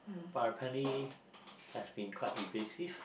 but apparently you can says